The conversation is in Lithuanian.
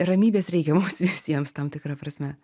ramybės reikia mums visiems tam tikra prasme